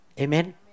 amen